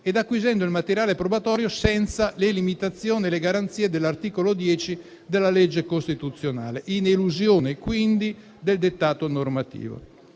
ed acquisendo il materiale probatorio senza le limitazioni e le garanzie dell'articolo 10 della legge costituzionale, in elusione quindi del dettato normativo.